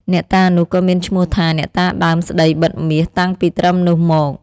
អ្នកតានោះក៏មានឈ្មោះថា "អ្នកតាដើមស្តីបិទមាស” តាំងពីត្រឹមនោះមក។